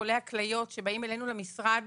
לחולי הכליות שבאים אלינו למשרד